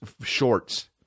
shorts